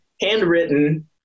handwritten